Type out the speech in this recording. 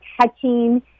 touching